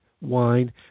wine